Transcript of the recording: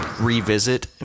revisit